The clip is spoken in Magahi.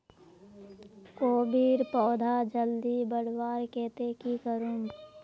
कोबीर पौधा जल्दी बढ़वार केते की करूम?